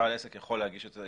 בעל עסק יכול להגיש את